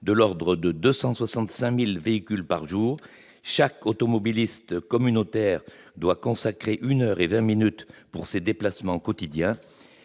de l'ordre de 265 000 véhicules par jour. Chaque automobiliste communautaire doit consacrer 1 heure 20 à ses déplacements quotidiens.